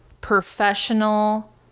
professional